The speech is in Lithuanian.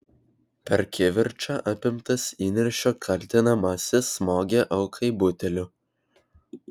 per kivirčą apimtas įniršio kaltinamasis smogė aukai buteliu